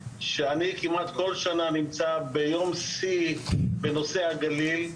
שאני כמעט כל שנה נמצא ביום שיא בנושא הגליל,